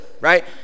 right